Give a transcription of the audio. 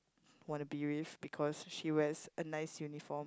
wanna be with because she wears a nice uniform